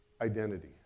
Identity